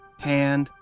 hand,